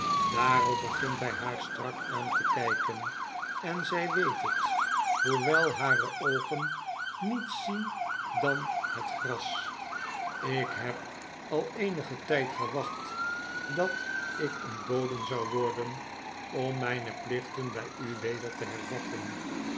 daarop begint hy haar strak aan te kpen en zy weet het hoewel hare oogen niets zien dan het gras lk heb al eenigen tijd gewacht dat ik ontboden zou worden om rnyne plichten bij u weder te hervatten